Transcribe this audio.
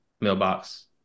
mailbox